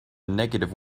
negative